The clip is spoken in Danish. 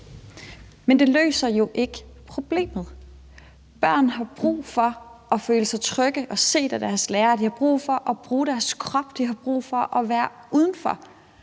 Men det løser jo ikke problemet. Børn har brug for at føle sig trygge og set af deres lærere, de har brug for at bruge deres krop, og de har brug for at være udenfor.